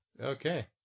Okay